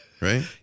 right